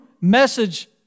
message